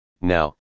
Now